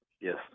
Yes